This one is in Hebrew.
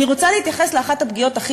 אני רוצה להתייחס לאחת הפגיעות הכי